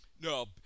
No